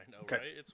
Okay